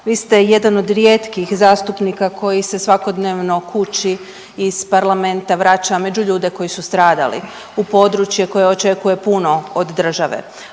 vi ste jedan od rijetkih zastupnika koji se svakodnevno kući iz parlamenta vraća među ljude koji su stradali u područje koje očekuje puno od države,